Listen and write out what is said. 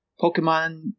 Pokemon